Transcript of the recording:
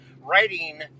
writing